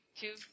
two